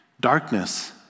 Darkness